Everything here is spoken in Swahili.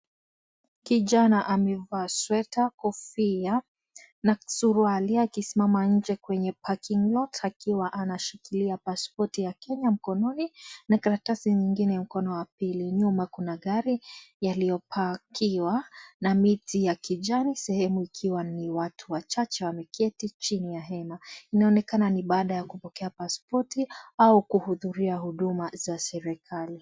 Kijana amevaa sweta, kofia, na suruari, akisimama nje kwenye (cs)parking lot (cs), akiwa anashikilia paspoti ya Kenya mkononi, na karatasi nyingine mkono wa pili, nyuma kuna gari, yaliyopa, kiwa, na miti ya kijani sehemu ikiwa ni watu wachache wamekeri chini ya hema, inaonekana ni baada ya kupokea paspoti, au kuhuthuria huduma za serekali.